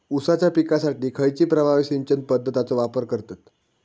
ऊसाच्या पिकासाठी खैयची प्रभावी सिंचन पद्धताचो वापर करतत?